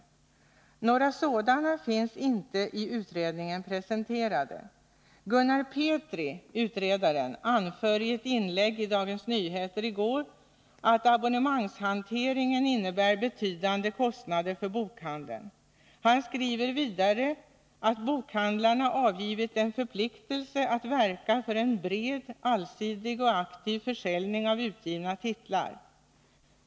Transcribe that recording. Några sådana finns inte presenterade i utredningen. Utredaren Gunnar Petri anför i ett inlägg i Dagens Nyheter i går att abonnemangshanteringen innebär betydande kostnader för bokhandeln. Han skriver vidare att bokhandlarna avgivit en förpliktelse att verka för en bred, allsidig och aktiv försäljning av utgivna titlar.